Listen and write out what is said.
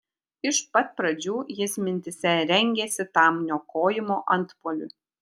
ir iš pat pradžių jis mintyse rengėsi tam niokojimo antpuoliui